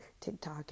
TikTok